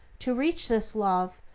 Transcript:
to reach this love,